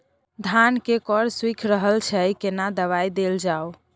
धान के कॉर सुइख रहल छैय केना दवाई देल जाऊ?